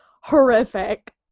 horrific